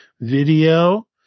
video